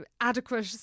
adequate